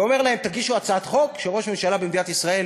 הוא אומר להם: תגישו הצעת חוק שראש ממשלה במדינת ישראל,